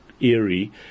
eerie